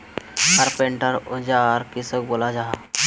Carpenter औजार किसोक बोलो जाहा?